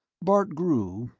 bart grew,